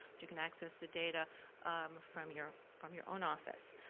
you can access the data from your from your own office.